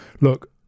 look